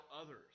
others